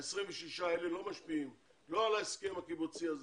ה-26 האלה לא משפיעים, לא על ההסכם הקיבוצי הזה,